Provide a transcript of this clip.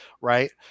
right